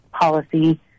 policy